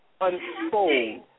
unfold